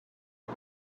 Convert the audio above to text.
you